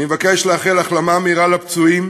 אני מבקש לאחל החלמה מהירה לפצועים,